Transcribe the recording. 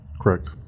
Correct